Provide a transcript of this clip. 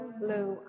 blue